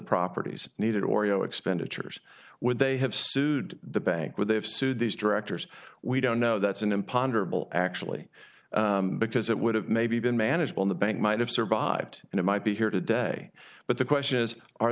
properties needed oreo expenditures would they have sued the bank where they have sued these directors we don't know that's an imponderable actually because it would have maybe been manageable in the bank might have survived and it might be here today but the question is are